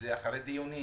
זה אחרי דיונים